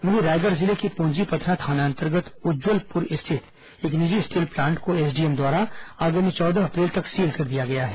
वहीं रायगढ़ जिले के पूंजीपथरा थाना अंतर्गत उज्जवलपुर स्थित एक निजी स्टील प्लांट को एसडीएम द्वारा आगामी चौदह अप्रैल तक सील कर दिया गया है